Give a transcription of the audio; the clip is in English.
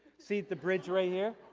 see the bridge right here?